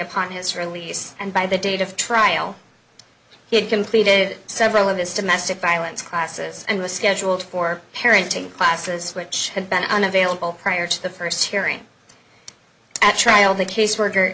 upon his release and by the date of trial he had completed several of his domestic violence classes and was scheduled for parenting classes which had been unavailable prior to the first hearing at trial the caseworker